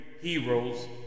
heroes